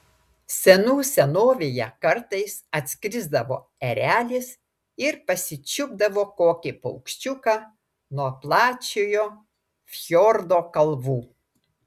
senų senovėje kartais atskrisdavo erelis ir pasičiupdavo kokį paukščiuką nuo plačiojo fjordo kalvų